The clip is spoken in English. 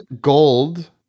gold